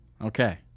Okay